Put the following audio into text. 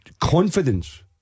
Confidence